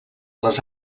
les